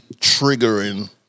triggering